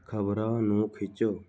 ਖ਼ਬਰਾਂ ਨੂੰ ਖਿੱਚੋ